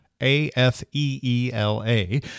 A-F-E-E-L-A